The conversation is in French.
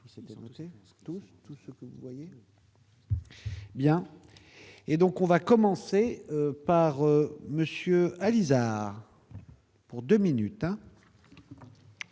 bien. Et donc on va commencer par monsieur Alizart. Pour 2 minutes